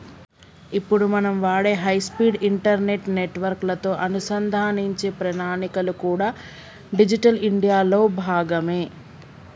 ఇప్పుడు మనం వాడే హై స్పీడ్ ఇంటర్నెట్ నెట్వర్క్ లతో అనుసంధానించే ప్రణాళికలు కూడా డిజిటల్ ఇండియా లో భాగమే